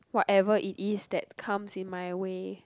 whatever it is that comes in my way